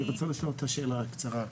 אני רוצה לשאול אותה שאלה קצרה.